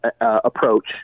approach